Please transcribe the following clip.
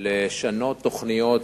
לשנות תוכניות